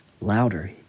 louder